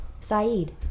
Saeed